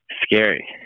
scary